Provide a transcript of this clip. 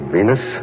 Venus